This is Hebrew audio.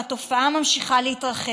והתופעה ממשיכה להתרחב.